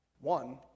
one